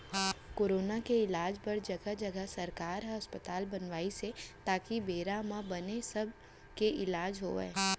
corona के इलाज बर जघा जघा सरकार ह अस्पताल बनवाइस हे ताकि बेरा म बने सब के इलाज होवय